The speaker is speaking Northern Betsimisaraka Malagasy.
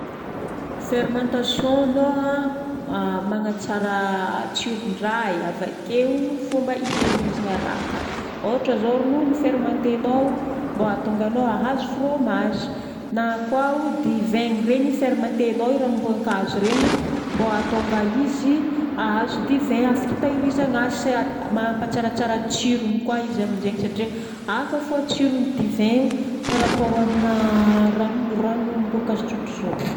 Fermentation lôha mgnatsara tsiron-draha i. Avakeo fomba itahirizana raha ka. Ohatra zao ronono no fermentenao mbô hahatonga anao hahazo fromazy. Na koa divaigna regny fermentenao i ranomboankazo regny mbô hahatonga izy hahazo di vin afaka itahirizana azy sy mampatsaratsara tsirony koa izy amin'izegny satria hafa fô tsiron'ny di vin io par rapport amina ranomboankazo tsotra zao.